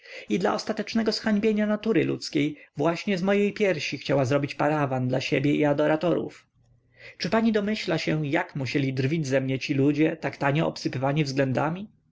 i dla ostatecznego zhańbienia natury ludzkiej właśnie z mojej piersi chciała zrobić parawan dla siebie i adoratorów czy pani domyśla się jak musieli drwić ze mnie ci ludzie tak tanio obsypywani względami